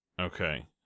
Okay